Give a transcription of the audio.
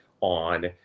on